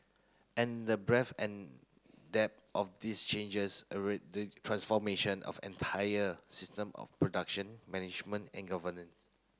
and the breadth and depth of these changes the transformation of entire system of production management and governance